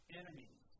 enemies